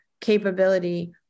capability